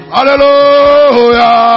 Hallelujah